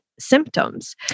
symptoms